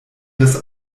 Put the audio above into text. das